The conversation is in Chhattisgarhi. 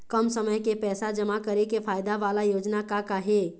कम समय के पैसे जमा करे के फायदा वाला योजना का का हे?